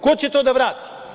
Ko će to da vrati?